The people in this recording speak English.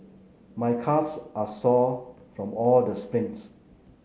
my calves are sore from all the sprints